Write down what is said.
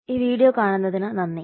ഈ വീഡിയോ കാണുന്നതിന് നന്ദി